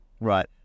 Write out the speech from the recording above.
Right